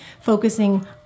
focusing